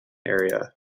area